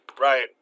Right